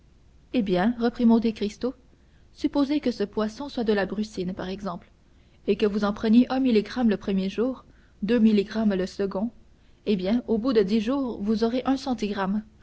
eh bien reprit monte cristo supposez que ce poison soit de la brucine par exemple et que vous en preniez un milligramme le premier jour deux milligrammes le second eh bien au bout de dix jours vous aurez un centigramme